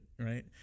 Right